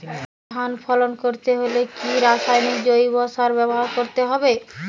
বেশি ধান ফলন করতে হলে কি রাসায়নিক জৈব সার ব্যবহার করতে হবে?